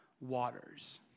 waters